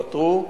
ייפתרו.